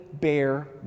bear